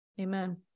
amen